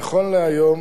נכון להיום,